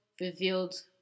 revealed